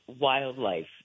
wildlife